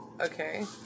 Okay